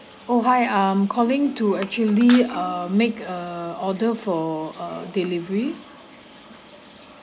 oh hi I'm calling to actually uh make a order for uh delivery